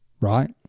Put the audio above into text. right